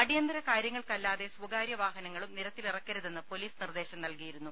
അടിയന്തര കാര്യങ്ങൾക്കല്ലാതെ സ്വകാര്യ വാഹനങ്ങളും നിരത്തിൽ ഇറക്കരുതെന്ന് പൊലീസ് നിർദ്ദേശം നൽകിയിരുന്നു